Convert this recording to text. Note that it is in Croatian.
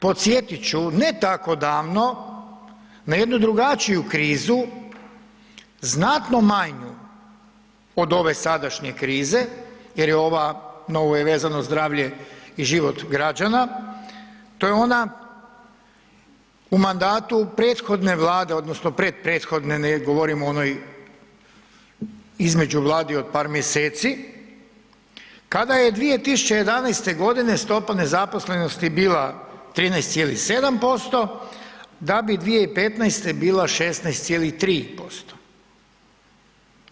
Podsjetit ću, ne tako davno, na jednu drugačiju krizu, znatno manju od sadašnje krize jer je ova, na ovu je vezano zdravlje i život građana, to je ona u mandatu prethodne Vlade odnosno pret, prethodne, ne govorim o onoj između Vladi od par mjeseci, kada je 2011.g. stopa nezaposlenosti bila 13,7% da bi 2015. bila 16,3%